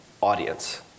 audience